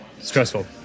Stressful